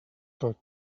tot